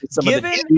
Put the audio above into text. Given